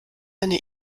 eine